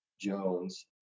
Jones